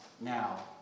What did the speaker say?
now